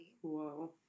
Whoa